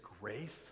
grace